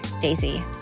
Daisy